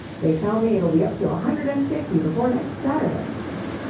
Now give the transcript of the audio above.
they tell me it'll be up to a hundred and fifty before next saturday.